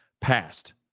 passed